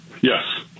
yes